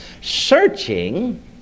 searching